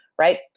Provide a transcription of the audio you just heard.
Right